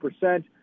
percent